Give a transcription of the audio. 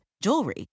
jewelry